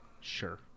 Sure